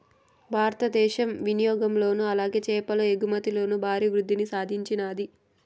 భారతదేశం వినియాగంలోను అలాగే చేపల ఎగుమతిలోను భారీ వృద్దిని సాధించినాది